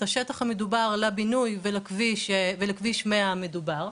השטח המדובר לבינוי ולכביש 100 המדובר.